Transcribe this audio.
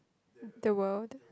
the world